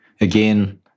again